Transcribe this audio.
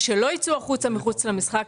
שלא ייצאו החוצה אל מחוץ למשחק,